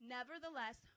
Nevertheless